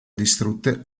distrutte